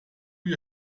you